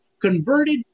Converted